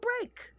break